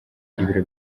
ibiro